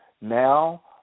now